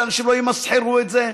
שאנשים לא ימסחרו את זה.